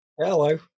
Hello